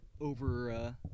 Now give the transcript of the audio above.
over